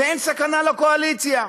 ואין סכנה לקואליציה.